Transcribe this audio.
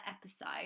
episode